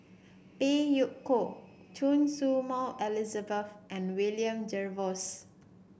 Phey Yew Kok Choy Su Moi Elizabeth and William Jervois